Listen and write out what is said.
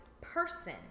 person